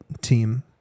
team